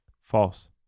False